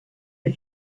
der